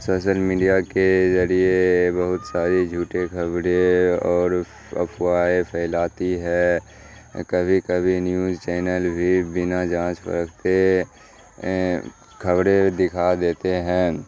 social media کے ذریعے بہت ساری جھوٹے خبریں اور افواہیں پھیلاتی ہے کبھی کبھی نیوز چینل بھی بنا جانچ پرکھے خبریں دکھا دیتے ہیں